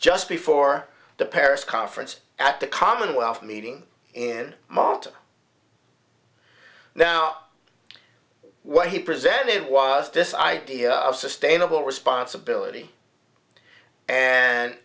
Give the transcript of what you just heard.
just before the paris conference at the commonwealth meeting and martin now what he presented was this idea of sustainable responsibility and